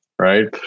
right